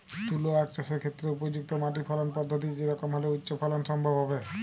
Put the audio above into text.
তুলো আঁখ চাষের ক্ষেত্রে উপযুক্ত মাটি ফলন পদ্ধতি কী রকম হলে উচ্চ ফলন সম্ভব হবে?